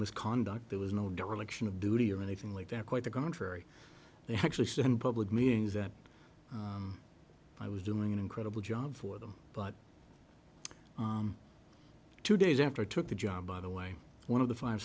misconduct there was no direction of duty or anything like that quite the contrary they actually said in public meetings that i was doing an incredible job for them but two days after i took the job by the way one of the fi